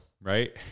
right